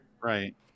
Right